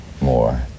more